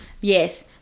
Yes